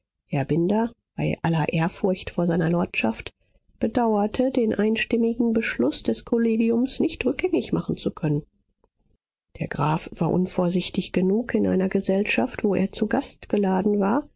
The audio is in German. binder bei aller ehrfurcht vor seiner lordschaft bedauerte den einstimmigen beschluß des kollegiums nicht rückgängig machen zu können der graf war unvorsichtig genug in einer gesellschaft wo er zu gast geladen war